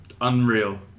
Unreal